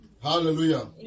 Hallelujah